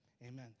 Amen